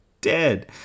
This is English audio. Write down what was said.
dead